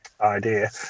idea